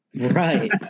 Right